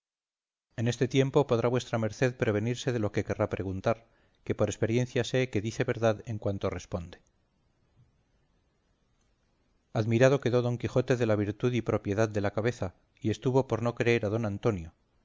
en este tiempo podrá vuestra merced prevenirse de lo que querrá preguntar que por esperiencia sé que dice verdad en cuanto responde admirado quedó don quijote de la virtud y propiedad de la cabeza y estuvo por no creer a don antonio